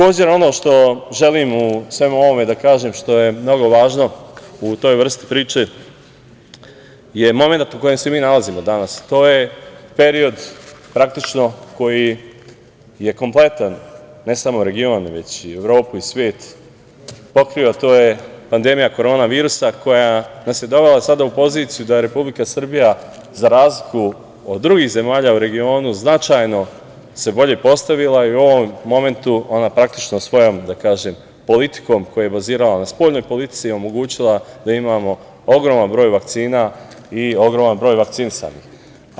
Ono što želim u svemu ovome da kažem, što je mnogo važno u toj vrsti priče, je momenat u kojem se mi danas nalazimo, a to je period praktično koji je kompletan, ne samo u regionu, već i u Evropi i svetu, to je pandemija korona virusa, koja nas je dovela sada u poziciju da Republika Srbija, za razliku od drugih zemalja u regionu, značajno se bolje postavila i u ovom momentu ona svojom politikom, koju je bazirala na spoljnoj politici, je omogućila da imamo ogroman broj vakcina i ogroman broj vakcinisanih.